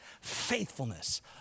faithfulness